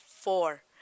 four